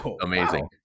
Amazing